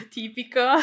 tipico